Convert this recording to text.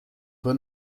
peu